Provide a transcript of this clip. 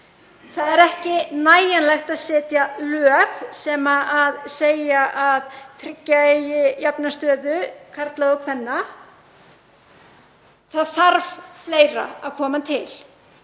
Það er ekki nægjanlegt að setja lög sem segja að tryggja eigi jafna stöðu karla og kvenna, það þarf fleira að koma til.